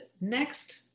next